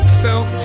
self